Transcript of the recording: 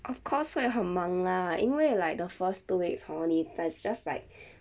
of course 会很忙啦因为 like the first two weeks hor 你 it's just like